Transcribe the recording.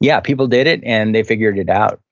yeah, people did it and they figured it out